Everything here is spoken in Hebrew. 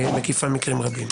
מקיפה מקרים רבים.